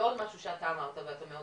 ועוד משהו שאתה אמרת, ואתה מאוד